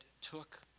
took